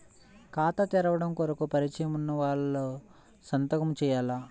ఖాతా తెరవడం కొరకు పరిచయము వున్నవాళ్లు సంతకము చేయాలా?